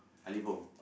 Ali Pom